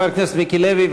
חבר הכנסת מיקי לוי,